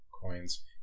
coins